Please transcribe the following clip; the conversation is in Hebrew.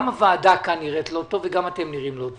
גם הוועדה כאן נראית לא טוב וגם אתם נראים לא טוב.